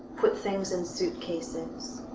put things in suitcases.